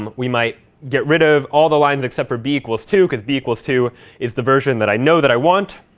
um we might get rid of all the lines except for b equals two because b equals two is the version that i know that i want.